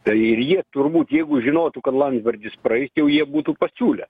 tai ir jie turbūt jeigu žinotų kad landsbergis praeis jau jie būtų pasiūlę